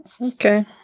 Okay